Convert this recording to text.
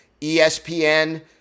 ESPN